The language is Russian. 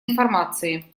информации